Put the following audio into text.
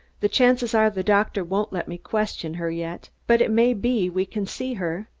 the chances are the doctor won't let me question her yet, but it may be we can see her.